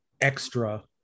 extra